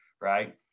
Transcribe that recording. right